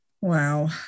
Wow